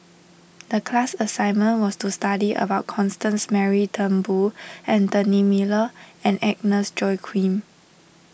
the class assignment was to study about Constance Mary Turnbull Anthony Miller and Agnes Joaquim